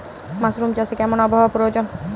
Mushroom চাষে কেমন আবহাওয়ার প্রয়োজন?